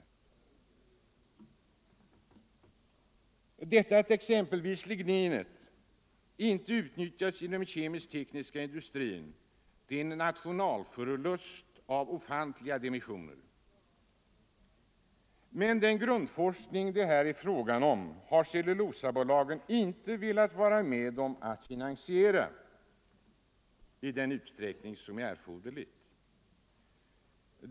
Det förhållandet att exempelvis ligninet inte utnyttjas inom den kemisk-tekniska industrin är en nationalförlust av ofantliga dimensioner. Men den grundforskning det här är fråga om har cellulosabolagen inte velat vara med och finansiera i erforderlig utsträckning.